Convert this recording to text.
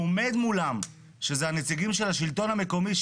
עומד מולם שזה הנציגים של השלטון המקומי,